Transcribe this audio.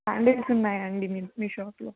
sandals ఉన్నాయా అండి మీ మీ షాప్ లో